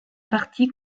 partie